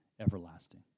everlasting